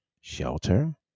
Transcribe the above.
shelter